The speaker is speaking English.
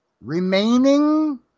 Remaining